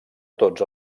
tots